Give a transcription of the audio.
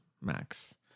Max